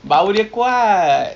mm